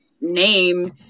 name